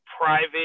private